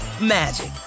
magic